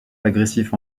agressif